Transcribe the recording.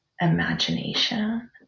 imagination